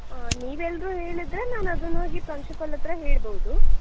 ಹಾಂ ನೀವೆಲ್ಲರೂ ಹೇಳಿದರೆ ನಾನು ಅದನ್ನೋಗಿ ಪ್ರಾಂಶುಪಾಲರ ಹತ್ರ ಹೇಳಬಹುದು